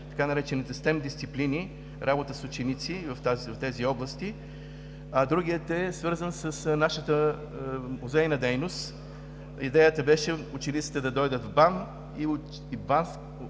така наречените STEM дисциплини, работа с ученици в тези области. Другият е свързан с нашата музейна дейност. Идеята беше учениците да дойдат в БАН и БАН